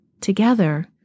Together